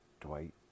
Dwight